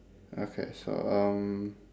okay so um